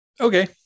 Okay